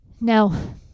No